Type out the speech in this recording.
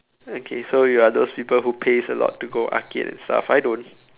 okay so you are those people who pays a lot to go to arcade and stuff I don't